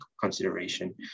consideration